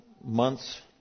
months